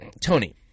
Tony